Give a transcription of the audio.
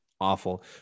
awful